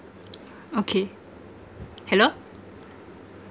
okay hello